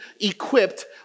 equipped